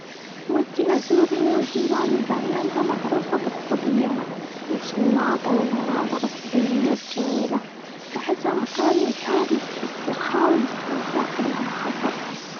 ودي أزور نيوزيلندا. لإنها معروفة بالطبيعة الخلابة والمناظر الطبيعية الجميلة. أحسها مكان مثالي للإسترخاء والإستمتاع بالمناظر.